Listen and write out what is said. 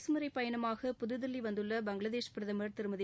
அரசு முறை பயணமாக புதுதில்லி வந்துள்ள பங்களாதேஷ் பிரதமா் திருமதி